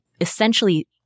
essentially